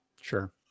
Sure